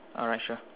alright sure